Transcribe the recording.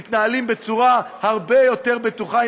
הם מתנהלים בצורה הרבה יותר בטוחה,